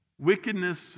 wickedness